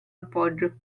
appoggio